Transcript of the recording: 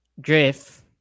Drift